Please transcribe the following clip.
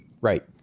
Right